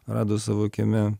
rado savo kieme